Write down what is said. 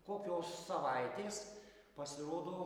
kokios savaitės pasirodo